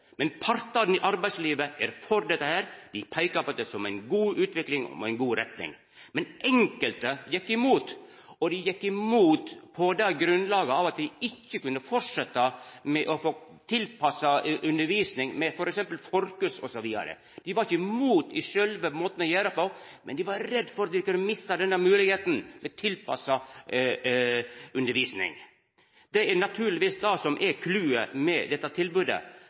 Men partane i arbeidslivet er for dette. Dei peikar på det som ei god utvikling og ei god retning. Men enkelte gjekk imot. Dei gjekk imot på det grunnlaget at dei ikkje kunne fortsetja med å få tilpassa undervisning med f.eks. forkurs osv. Dei var ikkje mot sjølve måten å gjera det på, men dei var redde for å mista moglegheita med tilpassa undervisning. Det er naturlegvis det som er clouet med dette tilbodet.